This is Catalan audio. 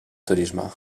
turisme